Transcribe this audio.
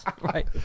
right